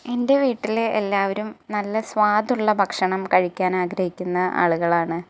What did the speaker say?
എൻ്റെ വീട്ടിലെ എല്ലാവരും നല്ല സ്വാദുള്ള ഭക്ഷണം കഴിക്കാൻ ആഗ്രഹിക്കുന്ന ആളുകളാണ്